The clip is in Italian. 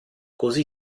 così